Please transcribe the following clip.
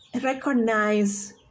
recognize